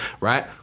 right